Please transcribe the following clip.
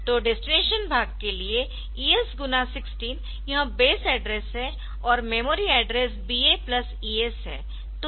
तो डेस्टिनेशन भाग के लिए ES गुणा 16 यह बेस एड्रेस है और memory address BA plus ES है